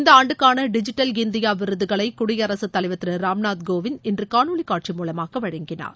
இந்த ஆண்டுக்காள digital India விருதுகளை குடியரசுத் தலைவர் திரு ராம்நாத் கோவிந்த் இன்று காணொலி காட்சி மூலமாக வழங்கினார்